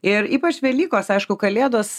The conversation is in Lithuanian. ir ypač velykos aišku kalėdos